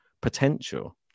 potential